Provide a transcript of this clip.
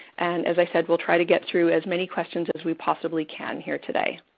and as i said, we'll try to get through as many questions as we possibly can here today.